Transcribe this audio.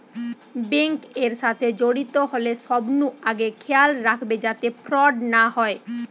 bank এর সাথে জড়িত হলে সবনু আগে খেয়াল রাখবে যাতে ফ্রড না হয়